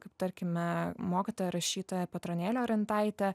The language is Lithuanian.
kaip tarkime mokytoja rašytoja petronėlė orintaitė